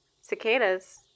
Cicadas